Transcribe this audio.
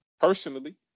personally